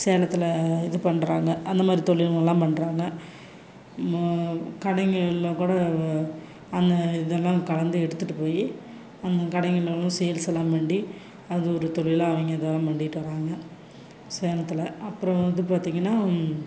சேலத்தில் இது பண்ணுறாங்க அந்த மாதிரி தொழிலுங்கெல்லாம் பண்ணுறாங்க ம கடைகள் எல்லாம் கூட அந்த இதெல்லாம் கலந்து எடுத்துட்டு போய் அந்த கடைகளெல்லாம் சேல்ஸ் எல்லாம் பண்ணி அது ஒரு தொழிலாக அவங்க தான் பண்ணிட்டு வராங்க சேலத்தில் அப்புறம் வந்து பார்த்திங்கன்னா